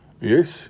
Yes